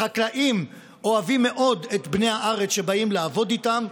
החקלאים אוהבים מאוד את בני הארץ שבאים לעבוד איתם,